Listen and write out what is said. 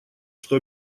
что